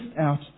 out